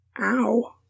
ow